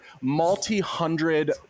multi-hundred